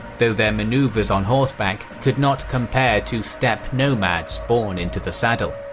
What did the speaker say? though their maneuvers on horseback could not compare to steppe nomads born into the saddle.